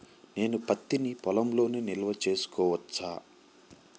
నేను పత్తి నీ పొలంలోనే నిల్వ చేసుకోవచ్చా?